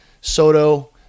Soto